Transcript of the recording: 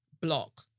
block